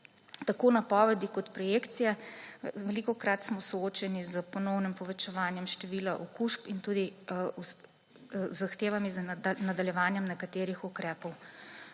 tako napovedi kot projekcije, velikokrat smo soočeni s ponovnim povečevanjem števila okužb in zahtevami za nadaljevanje nekaterih ukrepov.